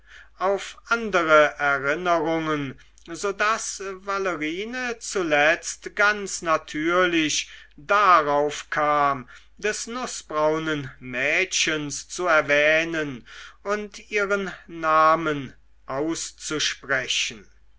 auf andere erinnerungen so daß valerine zuletzt ganz natürlich darauf kam des nußbraunen mädchens zu erwähnen und ihren namen auszusprechen